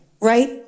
right